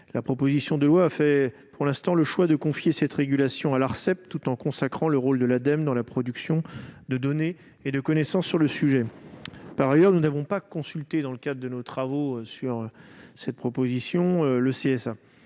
la proposition de loi, nous avons pour l'instant fait le choix de confier cette régulation à l'Arcep, tout en consacrant le rôle de l'Ademe dans la production de données et de connaissances sur le sujet. Par ailleurs, nous n'avons pas consulté le CSA dans le cadre de nos travaux ; nous ne sommes donc pas